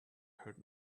heard